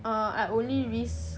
um I only risk